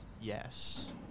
Yes